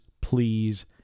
please